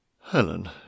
Helen